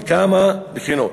מכמה בחינות.